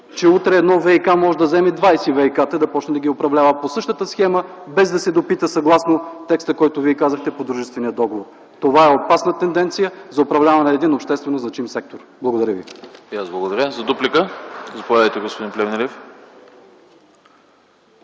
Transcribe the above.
че утре едно ВиК може да вземе 20 ВиК-ата и да започне да ги управлява по същата схема без да се допита съгласно текста, който Вие казахте, по дружествения договор. Това е опасна тенденция за управляване на един общественозначим сектор. Благодаря ви.